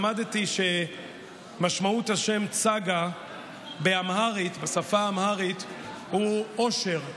היום למדתי שמשמעות השם צגה בשפה האמהרית הוא אושר,